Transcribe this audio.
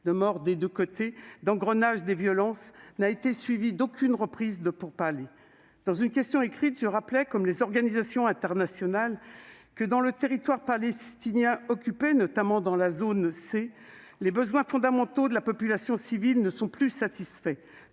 et de destructions, d'engrenage des violences, n'a été suivie d'aucune reprise de pourparlers. Dans une question écrite, je rappelais, comme les organisations internationales, que dans le territoire palestinien occupé, notamment dans la zone C, les besoins fondamentaux de la population civile ne sont plus satisfaits,